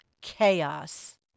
chaos